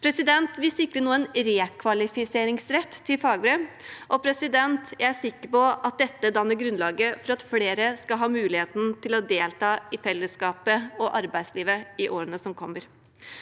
fravær. Vi sikrer nå en rekvalifiseringsrett til fagbrev, og jeg er sikker på at dette danner grunnlaget for at flere skal ha muligheten til å delta i fellesskapet og arbeidslivet i årene som kommer.